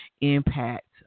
impact